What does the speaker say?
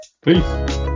Peace